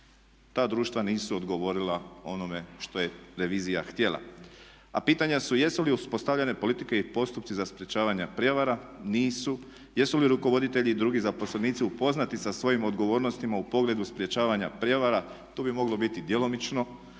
ta društva nisu odgovorila onome što je revizija htjela. A pitanja su jesu li uspostavljene politike i postupci za sprječavanja prijevara. Nisu. Jesu li rukovoditelji i drugi zaposlenici upoznati sa svojim odgovornostima u pogledu sprječavanja prijevara? Tu bi moglo biti djelomično.